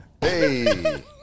Hey